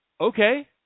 Okay